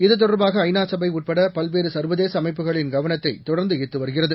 இதுதொடர்பாக ஐநா சபை உட்பட பல்வேறு சர்வதேச அமைப்புகளின் கவனத்தை தொடர்ந்து ஈர்த்து வருகிறது